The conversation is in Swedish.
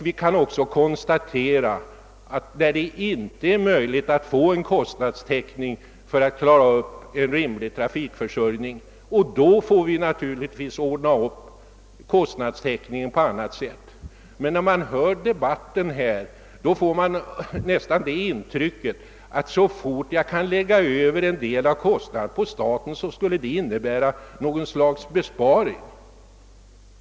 Vi kan också konstatera var det inte alltid är möjligt att få kostnadstäckning för en rimlig trafikförsörjning, och i sådana fall måste naturligtvis täckningen ordnas på annat sätt. Men när man hör på debatten här i kammaren får man nästan intrycket att så snart man kan lägga över en del av kostnaden på staten, skulle det innebära något slags besparing.